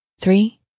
three